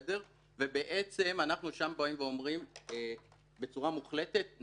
ושם אנחנו באים ואומרים בצורה מוחלטת,